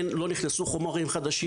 לא נכנסו חומרים חדשים.